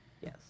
Yes